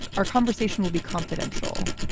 our conversation will be confidential.